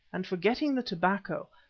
and forgetting the tobacco,